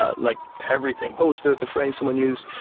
ah like everything, host, the phrase someone used.